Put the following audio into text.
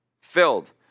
Filled